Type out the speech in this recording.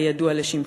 הידוע לשמצה.